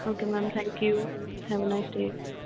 okay ma'am thank you have a nice day